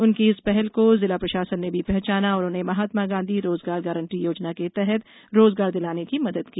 उनकी इस पहल को जिला प्रशासन ने भी पहचाना और उन्हे महात्मा गांधी रोजगार गारण्टी योजना के तहत रोजगार दिलाने में मदद की